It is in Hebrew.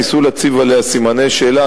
ניסו להציב עליה סימני שאלה,